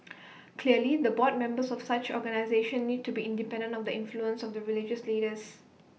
clearly the board members of such organisations need to be independent of the influence of the religious leaders